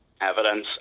evidence